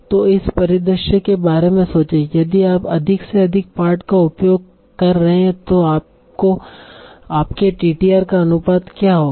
तो इस परिदृश्य के बारे में सोचें यदि आप अधिक से अधिक पाठ का उपयोग कर रहे हैं तो आपके टीटीआर का अनुपात क्या होगा